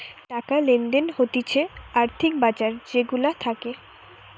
টাকা লেনদেন হতিছে আর্থিক বাজার যে গুলা থাকে